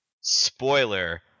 spoiler